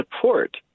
support